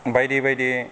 बायदि बायदि